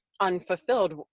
unfulfilled